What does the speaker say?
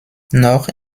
noch